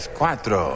cuatro